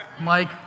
Mike